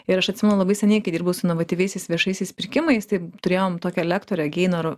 ir aš atsimenu labai seniai kai dirbau su inovatyviaisiais viešaisiais pirkimais tai turėjom tokią lektorę geinor